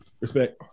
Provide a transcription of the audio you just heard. Respect